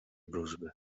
wróżby